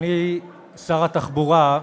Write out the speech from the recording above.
אדוני שר התחבורה,